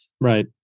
Right